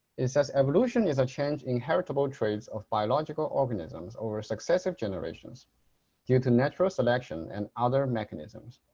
it says evolution is a change in heritable traits of biological organisms over successive generations due to natural selection and other mechanisms.